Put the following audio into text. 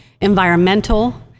environmental